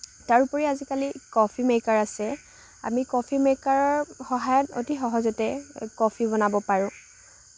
তাৰোপৰি আজিকালি coffee maker আছে আমি কফি মেকাৰৰ সহায়ত অতি সহজতে কফি বনাব পাৰোঁ